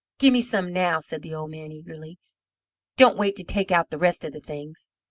give me some now, said the old man eagerly don't wait to take out the rest of the things.